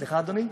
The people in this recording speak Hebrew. סליחה, אדוני?